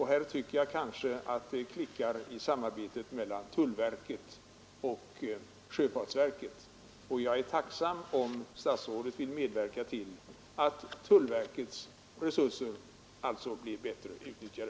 Här tycker jag mig ha funnit att det brister i samarbetet mellan tullverket och sjöfartsverket. Jag vore tacksam om statsrådet ville medverka till att tullverkets resurser blir bättre utnyttjade.